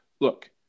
look